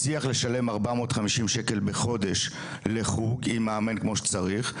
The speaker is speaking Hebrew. מצליח לשלם ארבע מאות חמישים שקל בחודש לחוג עם מאמן כמו שצריך,